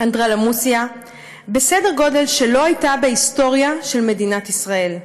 אנדרלמוסיה בסדר גודל שלא היה בהיסטוריה של מדינת ישראל,